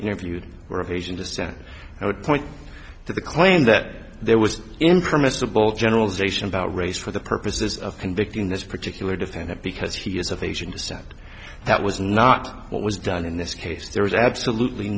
interviewed were of asian descent i would point to the claim that there was in permissible generalization about race for the purposes of convicting this particular defendant because he is of asian descent that was not what was done in this case there was absolutely